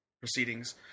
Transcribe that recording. proceedings